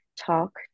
talk